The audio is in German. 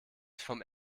vom